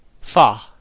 fa